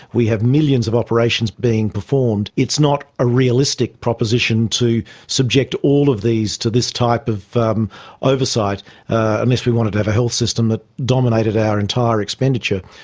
we have millions of operations being performed, it's not a realistic proposition to subject all of these to this type of um oversight unless we wanted to have a health system that dominated our entire expenditure.